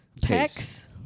Pecs